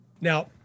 Now